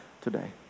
today